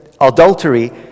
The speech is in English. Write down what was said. adultery